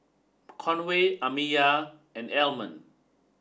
Conway Amiya and Almond